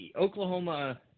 Oklahoma